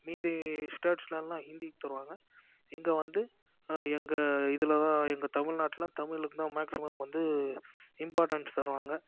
மீதி ஸ்டேட்ஸ்லலாம் ஹிந்திக்கு தருவாங்க இங்கே வந்து எங்கள் இதுலலாம் எங்கள் தமிழ்நாட்டில் தமிழுக்குதான் மேக்ஸிமம் வந்து இம்பார்டன்ஸ் தருவாங்க